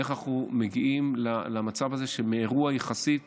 איך מגיעים למצב הזה שמאירוע יחסית